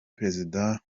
prezida